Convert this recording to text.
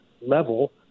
level